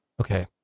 Okay